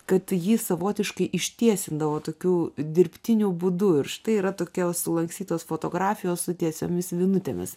kad jį savotiškai ištiesindavo tokiu dirbtiniu būdu ir štai yra tokios sulankstytos fotografijos su tiesiomis vinutėmis